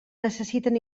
necessiten